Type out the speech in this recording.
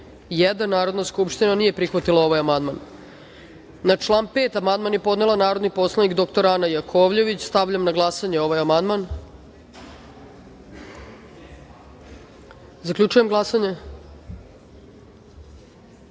151.Narodna skupština nije prihvatila ovaj amandman. Na član 5. amandman je podnela narodni poslanik dr Ana Jakovljević. Stavljam na glasanje amandman. Zaključujem glasanje: